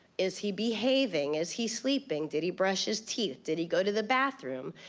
is he behaving? is he sleeping? did he brush his teeth? did he go to the bathroom?